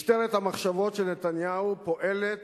משטרת המחשבות של נתניהו פועלת